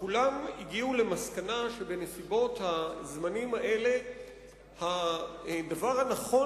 כולם הגיעו למסקנה שבנסיבות הזמנים האלה הדבר הנכון